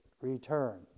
return